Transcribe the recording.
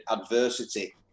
adversity